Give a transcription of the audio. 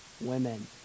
women